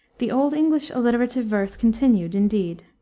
the old english alliterative verse continued, indeed,